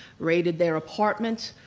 raided their apartment,